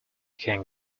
can’t